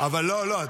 אבל לא, לא.